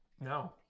No